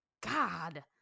God